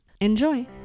enjoy